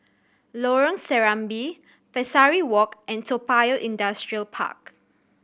Lorong Serambi Pesari Walk and Toa Payoh Industrial Park